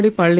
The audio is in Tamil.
எடப்பாடி